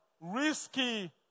Risky